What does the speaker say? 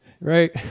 Right